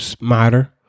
matter